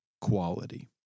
quality